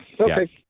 Okay